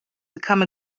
become